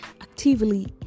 actively